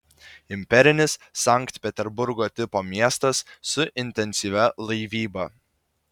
imperinis sankt peterburgo tipo miestas su intensyvia laivyba